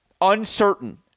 uncertain